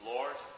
Lord